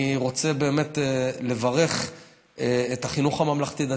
אני רוצה באמת לברך את החינוך הממלכתי-דתי,